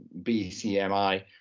BCMI